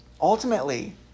Ultimately